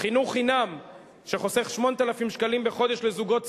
חינוך חינם שחוסך 800 שקלים בחודש לזוגות צעירים,